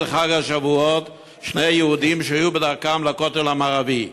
חג השבועות שני יהודים שהיו בדרכם לכותל המערבי,